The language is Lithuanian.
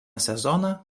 sezoną